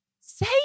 say